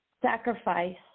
Sacrifice